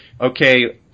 okay